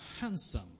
handsome